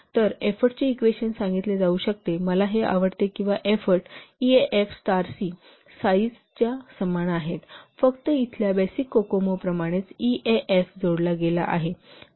तर एफोर्टचे इक्वेशन सांगितले जाऊ शकते मला हे आवडते की effort EAF star C star साईजच्या समान आहेत फक्त इथल्या बेसिक कोकोमो प्रमाणेच ईएएफ जोडला गेला आहे